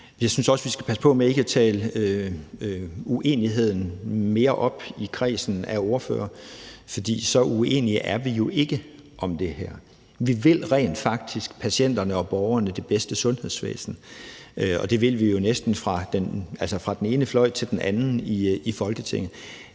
Jeg synes også, vi skal passe på med at tale uenigheden mere op i kredsen af ordførere, for så uenige er vi jo ikke om det her. Vi vil rent faktisk det bedste sundhedsvæsen for patienterne og borgerne, og det vil vi jo fra den ene fløj til den anden i Folketinget.